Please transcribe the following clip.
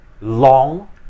long